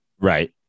Right